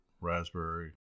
raspberry